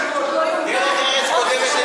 דרך ארץ קודמת לתורה.